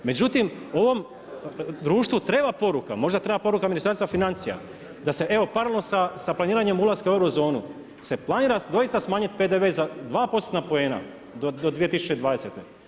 Međutim, ovom društvu treba poruka, možda treba poruka Ministarstva financija, da se evo paralelno sa planiranjem ulaska u euro zonu, se planira doista smanjiti PDV za 2% poena do 2020.